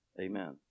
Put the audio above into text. Amen